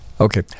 Okay